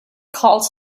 calls